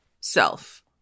self